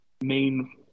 main